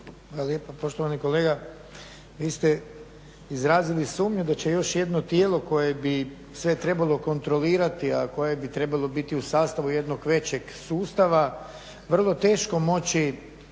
poštovani kolega. Vi ste izrazili sumnju da će još jedno tijelo koje bi sve trebalo kontrolirati, a koje bi trebalo biti u sastavu jednog većeg sustava vrlo teško moći